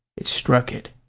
it struck it,